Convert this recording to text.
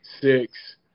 six